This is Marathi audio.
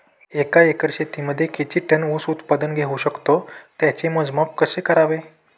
एका एकर शेतीमध्ये किती टन ऊस उत्पादन होऊ शकतो? त्याचे मोजमाप कसे करावे?